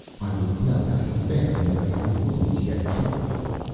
i would know how you fared and whether your wounds yet troubled you.